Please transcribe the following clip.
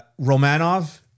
Romanov